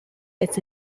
its